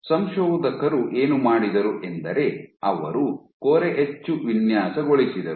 ಸಂಶೋಧಕರು ಏನು ಮಾಡಿದರು ಎಂದರೆ ಅವರು ಕೊರೆಯಚ್ಚು ವಿನ್ಯಾಸಗೊಳಿಸಿದರು